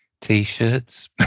T-shirts